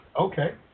Okay